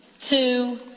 two